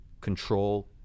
control